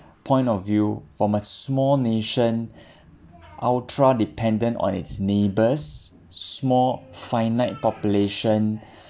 point of view from a small nation ultra dependent on its neighbours small finite population